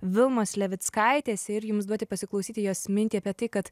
vilmos levickaitės ir jums duoti pasiklausyti jos mintį apie tai kad